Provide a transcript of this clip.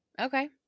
Okay